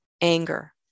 anger